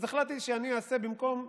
אז החלטתי שאני אעשה במקום,